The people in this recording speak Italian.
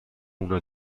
una